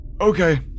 Okay